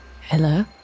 Hello